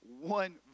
one